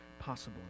possible